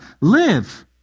Live